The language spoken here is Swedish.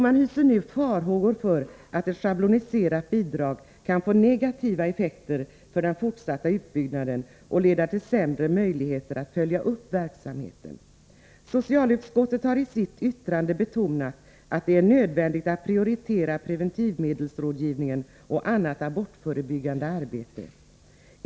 Man hyser nu farhågor för att ett schabloniserat bidrag kan få negativa effekter för den fortsatta utbyggnaden och leda till sämre möjligheter att följa upp verksamheten. Socialutskottet har i sitt yttrande betonat att det är nödvändigt att prioritera preventivmedelsrådgivningen och annat abortförebyggande arbete.